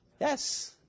Yes